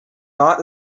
not